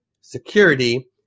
security